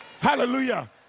Hallelujah